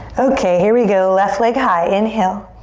okay, here we go, left leg high. inhale.